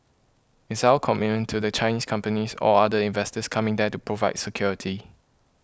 it's our commitment to the Chinese companies or other investors coming there to provide security